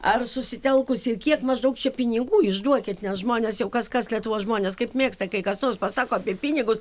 ar susitelkusi kiek maždaug čia pinigų išduokit nes žmonės jau kas kas lietuvos žmonės kaip mėgsta kai kas nors pasako apie pinigus